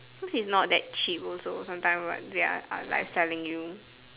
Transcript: cause it's not that cheap also sometime what they're are like selling you